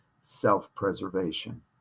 self-preservation